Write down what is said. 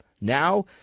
Now